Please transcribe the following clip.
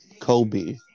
Kobe